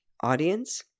audience